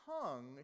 tongue